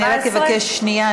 אני רק אבקש שנייה,